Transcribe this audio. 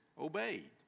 obeyed